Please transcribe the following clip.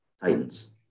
Titans